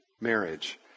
marriage